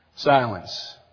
Silence